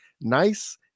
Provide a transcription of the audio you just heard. nice